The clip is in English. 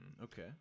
Okay